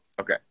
okay